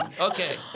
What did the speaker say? Okay